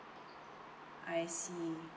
I see